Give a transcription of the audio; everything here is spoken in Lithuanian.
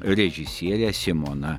režisierė simona